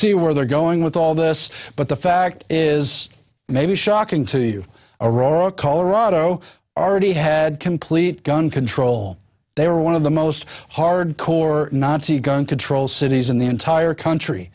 see where they're going with all this but the fact is maybe shocking to you aurora colorado already had complete gun control they were one of the most hardcore nazi gun control cities in the entire country